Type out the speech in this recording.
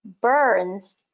Burns